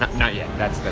not yet, that's,